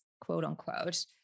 quote-unquote